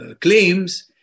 claims